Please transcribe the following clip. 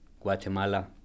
Guatemala